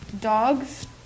dogs